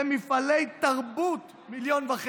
למפעלי תרבות 1.5 מיליון.